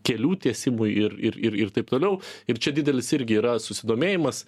kelių tiesimui ir ir ir ir taip toliau ir čia didelis irgi yra susidomėjimas